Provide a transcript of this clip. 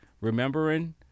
remembering